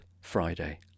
Friday